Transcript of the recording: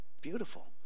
beautiful